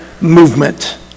movement